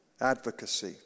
advocacy